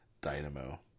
Dynamo